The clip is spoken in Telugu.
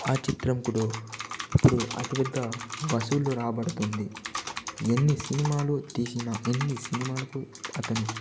ఆ చిత్రం కూడా ఇప్పుడు అతిపెద్ద వసూలు రాబడుతుంది ఎన్ని సినిమాలు తీసిన ఎన్ని సినిమాలుకు అతను